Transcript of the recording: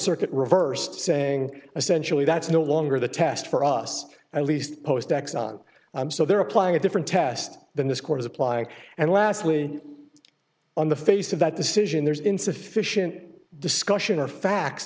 circuit reversed saying essentially that's no longer the test for us at least post exxon so they're applying a different test than this court is applying and lastly on the face of that decision there's insufficient discussion or facts